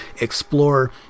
explore